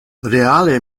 reale